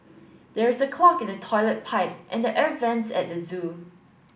there is a clog in the toilet pipe and the air vents at the zoo